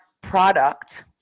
product